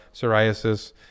psoriasis